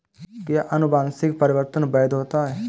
क्या अनुवंशिक परिवर्तन वैध होता है?